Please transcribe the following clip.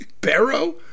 Barrow